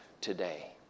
today